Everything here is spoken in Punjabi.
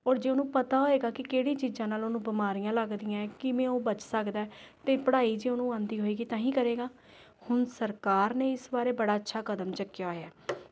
ਔਰ ਜੇ ਉਹਨੂੰ ਪਤਾ ਹੋਏਗਾ ਕਿ ਕਿਹੜੀ ਚੀਜ਼ਾਂ ਨਾਲ ਉਹਨੂੰ ਬਿਮਾਰੀਆਂ ਲੱਗਦੀਆਂ ਕਿਵੇਂ ਉਹ ਬਚ ਸਕਦਾ ਅਤੇ ਪੜ੍ਹਾਈ ਜੇ ਉਹਨੂੰ ਆਉਂਦੀ ਹੋਵੇਗੀ ਤਾਂ ਹੀ ਕਰੇਗਾ ਹੁਣ ਸਰਕਾਰ ਨੇ ਇਸ ਬਾਰੇ ਬੜਾ ਅੱਛਾ ਕਦਮ ਚੁੱਕਿਆ ਹੋਇਆ